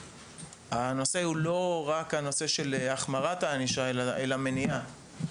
הנושא הוא לא רק הנושא של החמרת הענישה אלא מניעה,